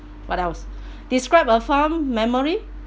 what else describe a fond memory